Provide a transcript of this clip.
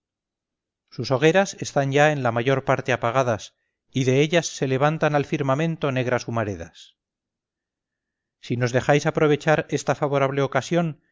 sus hogueras están ya en la mayor parte apagadas y de ellas se levantan al firmamento negras humaredas si nos dejáis aprovechar esta favorable ocasión